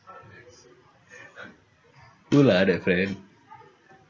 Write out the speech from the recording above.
who ah that friend